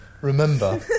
remember